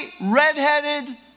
redheaded